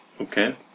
Okay